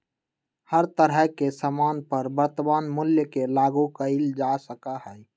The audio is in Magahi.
हर तरह के सामान पर वर्तमान मूल्य के लागू कइल जा सका हई